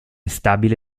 stabile